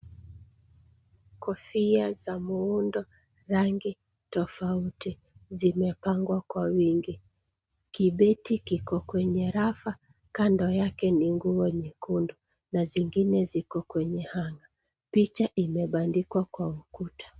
Kofia za muundo rangi tofauti zimepangwa kwa wingi, kibeti kiko kwenye rafa kando yake ni nguo nyekundu na zingine ziko kwenye hanga . Picha imebandikwa kwa ukuta.